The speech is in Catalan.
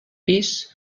pis